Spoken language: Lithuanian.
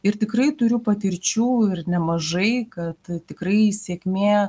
ir tikrai turiu patirčių ir nemažai kad tikrai sėkmė